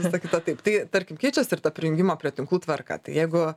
visa kita taip tai tarkim keičias ir ta prijungimo prie tinklų tvarka tai jeigu